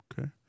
Okay